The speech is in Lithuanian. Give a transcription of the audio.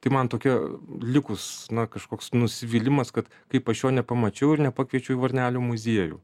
tai man tokia likus na kažkoks nusivylimas kad kaip aš jo nepamačiau ir nepakviečiau į varnelio muziejų